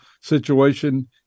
situation